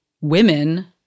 women